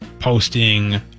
posting